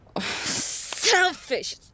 Selfish